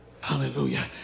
Hallelujah